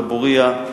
דבורייה.